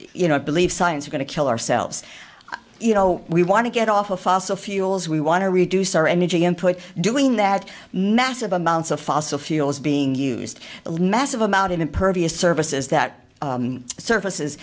you know believe science are going to kill ourselves you know we want to get off of fossil fuels we want to reduce our energy input doing that massive amounts of fossil fuels being used the massive amount impervious services that